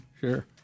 sure